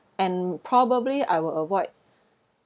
and probably I will avoid